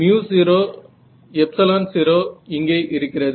00இங்கே இருக்கிறது